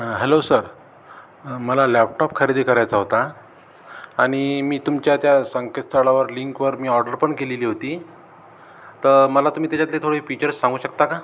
hello sir मला laptop खरेदी करायचा होता आणि मी तुमच्या त्या संकेतस्थळावर लिंकवर मी ऑर्डर पण केलेली होती तर मला तुम्ही त्याच्यातले थोडी फीचर्स सांगू शकता का